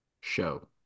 Show